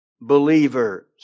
believers